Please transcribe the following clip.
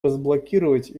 разблокировать